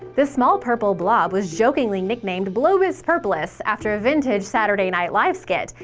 the small purple blob was jokingly nicknamed blobus purplus after a vintage saturday night live skit,